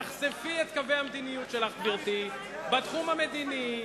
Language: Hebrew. תחשפי את קווי המדיניות שלך, גברתי, בתחום המדיני,